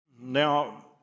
Now